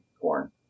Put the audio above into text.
corn